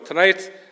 Tonight